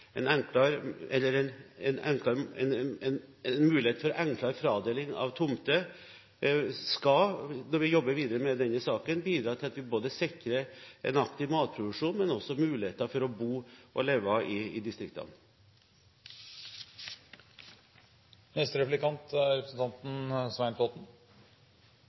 En mulighet for enklere fradeling av tomter skal, når vi jobber videre med denne saken, bidra til at vi sikrer både en aktiv matproduksjon og muligheten for å bo og leve i distriktene. Representanten Haugen sa i